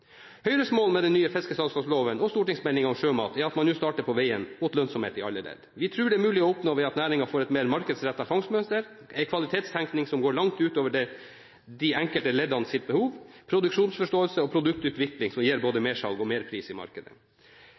Høyres mål med den nye fiskesalgslagsloven og stortingsmeldingen om sjømat er at man nå starter på veien mot lønnsomhet i alle ledd. Vi tror det er mulig å oppnå ved at næringen får et mer markedsrettet fangstmønster, en kvalitetstenkning som går langt utover de enkelte leddenes behov, og en produksjonsforståelse og produktutvikling som gir både mer salg og bedre pris i markedet.